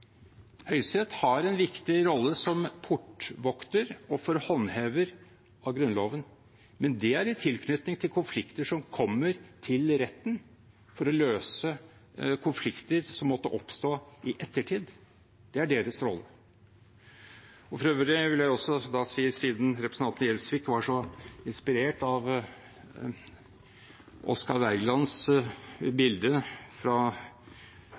Høyesterett har en viktig rolle som portvokter og håndhever av Grunnloven, men det er i tilknytning til konflikter som kommer til retten, for å løse konflikter som måtte oppstå i ettertid. Det er deres rolle. For øvrig vil jeg også si, siden representanten Gjelsvik var så inspirert av Oscar Wergelands bilde